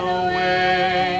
away